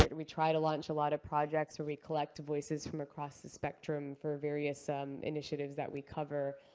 but we try to launch a lot of projects where we collect voices from across the spectrum for various um initiatives that we cover.